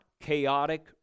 chaotic